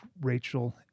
Rachel